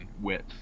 width